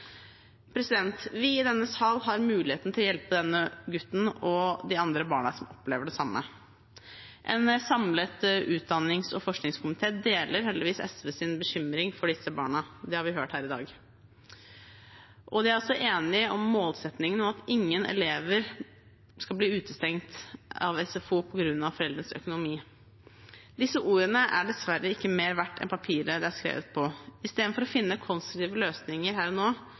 Vi i denne sal har muligheten til å hjelpe denne gutten og de andre barna som opplever det samme. En samlet utdannings- og forskningskomité deler heldigvis SVs bekymring for disse barna, det har vi hørt her i dag. De er også enige om målsettingen om at ingen elever skal bli utestengt av SFO på grunn av foreldrenes økonomi. Disse ordene er dessverre ikke mer verdt enn papiret de er skrevet på. I stedet for å finne konstruktive løsninger her og nå